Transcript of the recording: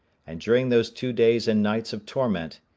and during those two days and nights of torment,